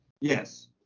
Yes